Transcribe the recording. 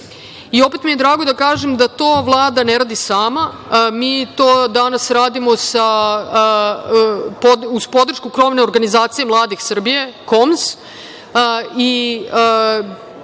mi je drago da kažem da to Vlada ne radi sama. To danas radimo uz podršku Krovne organizacije mladih Srbije, KOMS, i